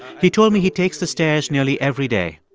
he told me he takes the stairs nearly every day,